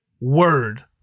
word